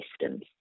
systems